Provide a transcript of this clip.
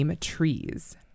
trees